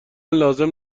لازم